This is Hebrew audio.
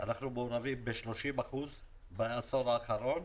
אנחנו מעורבים ב-30% בעשור האחרון,